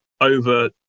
over